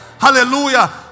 Hallelujah